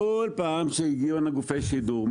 כל פעם שהגיעו הנה גופי שידור,